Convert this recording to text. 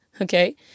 okay